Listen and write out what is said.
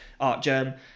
ArtGerm